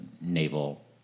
naval